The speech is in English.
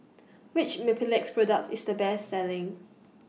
Which Mepilex products IS The Best Selling